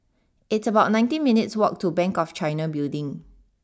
it's about nineteen minutes' walk to Bank of China Building